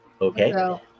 Okay